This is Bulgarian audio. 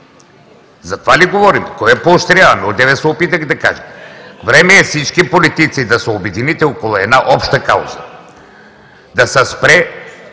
За това ли говорим? Кого поощряваме? Одеве се опитах да кажа: време е всички политици да се обедините около една обща кауза – да се спре